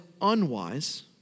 unwise